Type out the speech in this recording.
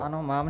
Ano, mám.